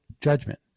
judgment